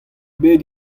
bet